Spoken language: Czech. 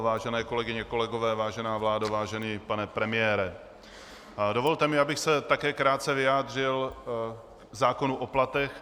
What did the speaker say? Vážení kolegyně, kolegové, vážená vládo, vážený pane premiére, dovolte mi, abych se také krátce vyjádřil k zákonu o platech.